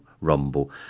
rumble